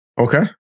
Okay